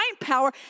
power